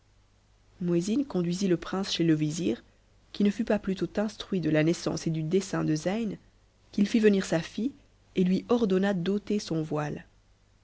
muezin conduisit le prince chez le vizir qui ne fut pas plutôt instruit de la naissance et du dessein de zeyn qu'il fit venir sa fille et lui ordonna t d'ôter son voile